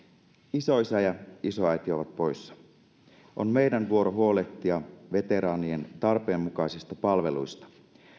isoisä ja ja isoäiti ovat poissa on meidän vuoromme huolehtia veteraanien tarpeenmukaisista palveluista